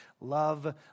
Love